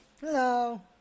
Hello